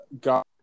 got –